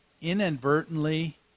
inadvertently